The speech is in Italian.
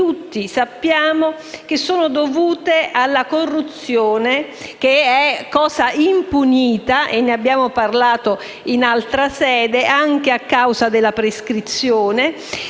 tutti sappiamo essere dovuta alla corruzione, che è cosa impunita - ne abbiamo parlato in altra sede - anche a causa della prescrizione,